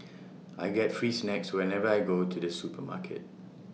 I get free snacks whenever I go to the supermarket